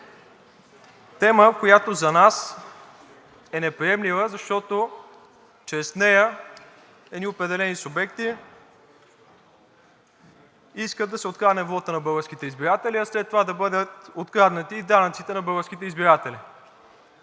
Тема, която за нас е неприемлива, защото чрез нея едни определени субекти искат да се открадне вотът на българските избиратели, а след това да бъдат откраднати и данъците на българските избиратели.